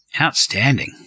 Outstanding